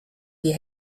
die